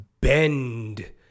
bend